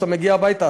כשאתה מגיע הביתה,